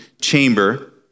chamber